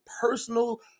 personal